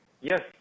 Yes